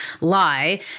lie